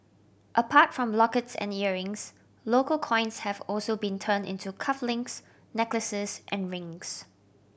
apart from lockets and earrings local coins have also been turned into cuff links necklaces and rings